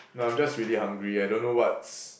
no I'm just really hungry I don't know what's